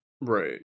Right